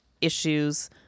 issues